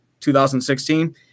2016